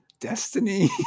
destiny